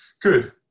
Good